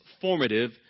formative